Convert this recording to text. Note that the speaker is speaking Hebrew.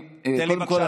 תן לי בבקשה להמשיך.